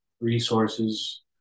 resources